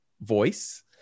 voice